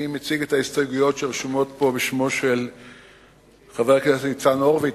אני מציג את ההסתייגויות שרשומות פה בשמו של חבר הכנסת ניצן הורוביץ,